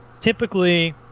typically